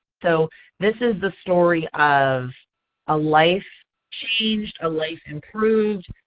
so this is the story of a life changed, a life improved.